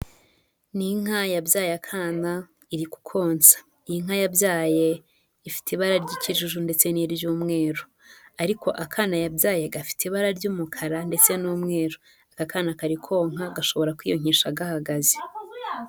Ni inka yabyaye akana iri kukonsa, iyi nka yabyaye ifite ibara ry'ikijuju ndetse n'iry'umweru, ariko akana yabyaye gafite ibara ry'umukara ndetse n'umweru, aka kana kari konka gashobora kwiyonyesha gahagaze.